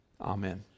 Amen